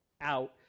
out